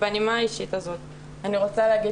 בנימה האישית הזאת אני רוצה להגיד